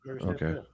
okay